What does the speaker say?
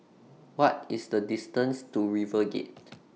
What IS The distance to River Gate